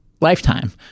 lifetime